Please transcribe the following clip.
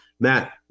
Matt